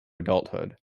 adulthood